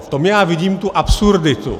V tom já vidím tu absurditu.